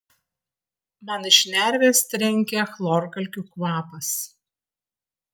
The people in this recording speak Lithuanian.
man į šnerves trenkia chlorkalkių kvapas